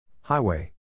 Highway